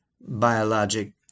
biologic